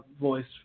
Voice